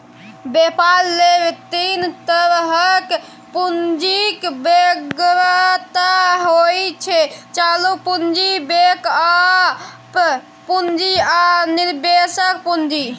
बेपार लेल तीन तरहक पुंजीक बेगरता होइ छै चालु पुंजी, बैकअप पुंजी आ निबेश पुंजी